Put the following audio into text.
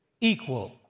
equal